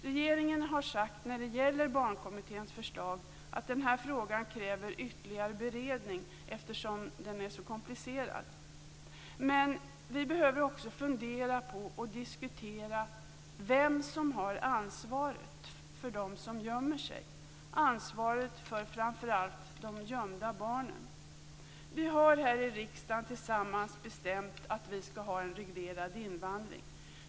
Regeringen har när det gäller Barnkommitténs förslag sagt att den frågan kräver ytterligare beredning eftersom den är så komplicerad. Vi behöver också fundera på och diskutera vem som har ansvaret för dem som gömmer sig. Det gäller framför allt ansvaret för de gömda barnen. Vi har här i riksdagen tillsammans bestämt att vi skall ha en reglerad invandring.